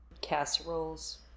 Casseroles